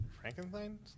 Frankenstein